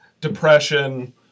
depression